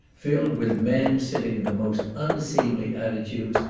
filled with men, sitting in the most unseemly attitudes,